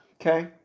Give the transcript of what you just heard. Okay